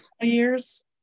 years